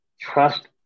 Trust